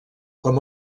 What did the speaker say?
com